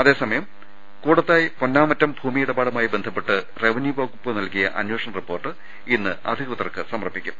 അതേസമയം കൂട്ടത്തായ് പൊന്നാമറ്റും ഭൂമിയിടപാടുമായി ബന്ധപ്പെട്ട റവന്യൂ വകുപ്പ് നടത്തിയ അന്വേഷണ റിപ്പോർട്ട് ഇന്ന് അധികൃതർക്ക് സമർപ്പിക്കും